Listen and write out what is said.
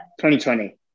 2020